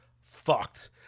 fucked